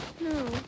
No